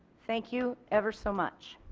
thank you ever so much.